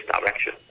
direction